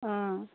অঁ